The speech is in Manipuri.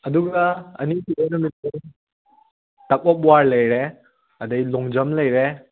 ꯑꯗꯨꯒ ꯑꯅꯤꯁꯨꯕ ꯅꯨꯃꯤꯠꯇꯣ ꯇꯛ ꯑꯣꯐ ꯋꯥꯔ ꯂꯩꯔꯦ ꯑꯗꯩ ꯂꯣꯡꯖꯝ ꯂꯩꯔꯦ